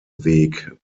weg